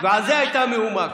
ועל זה הייתה המהומה קודם.